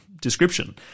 description